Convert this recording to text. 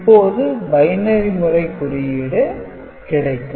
இப்போது பைனரி முறை குறியீடு கிடைக்கும்